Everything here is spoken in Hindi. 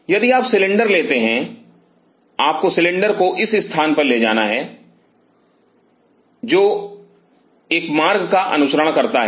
यदि आप सिलेंडर लेते हैं आपको सिलेंडर को इस पर ले जाना है जो एक मार्ग का अनुसरण करता है